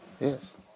Yes